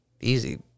easy